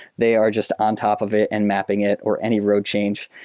they are just on top of it and mapping it or any road change.